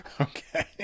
Okay